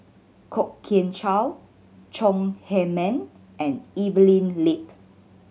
Kwok Kian Chow Chong Heman and Evelyn Lip